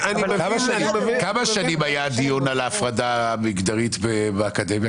כמה שנים היה הדיון על ההפרדה המגדרית באקדמיה?